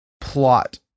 plot